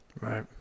Right